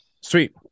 Sweet